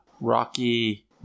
Rocky